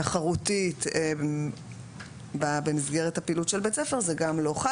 תחרותית במסגרת פעילות בית הספר זה לא חל,